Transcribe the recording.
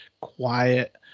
quiet